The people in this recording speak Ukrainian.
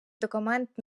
документ